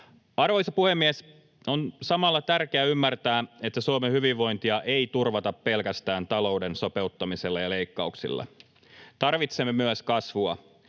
Arvoisa puhemies! On samalla tärkeä ymmärtää, että Suomen hyvinvointia ei turvata pelkästään talouden sopeuttamisella ja leikkauksilla. Tarvitsemme myös kasvua.